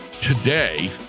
today